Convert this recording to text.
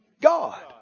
God